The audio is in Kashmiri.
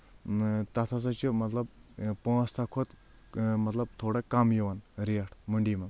تتھ ہسا چھِ مطلب پانٛژھ تاہہ کھۄتہٕ مطلب تھوڑا کم یِوان ریٹ مٔنٛڈی منٛز